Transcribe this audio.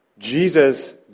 Jesus